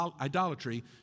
idolatry